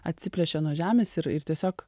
atsiplėšė nuo žemės ir ir tiesiog